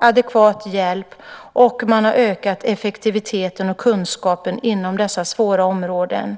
adekvat hjälp, och man har ökat effektiviteten och kunskapen inom dessa svåra områden.